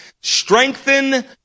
Strengthen